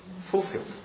fulfilled